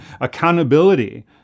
accountability